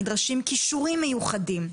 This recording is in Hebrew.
נדרשים כישורים מיוחדים,